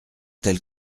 telle